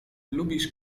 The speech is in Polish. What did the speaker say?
lubisz